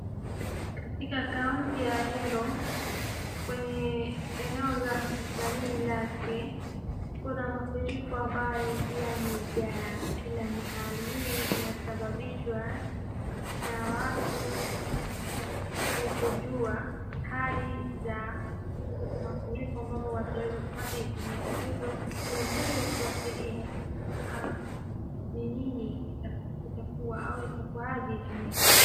Katika kaunti ya Ahero, kwenye eneo la hospitalini lake, kuna mafuriko ambayo yamejaa kila mahali, hii inasababishwa na watu kujua hali za mafuriko ambapo wataweza kupata ikinyesha, kwa hivyo ni vizuri wafuatilie ni lini itakuwa au itakuwaje ikinyesha.